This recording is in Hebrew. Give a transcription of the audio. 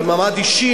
במעמד אישי,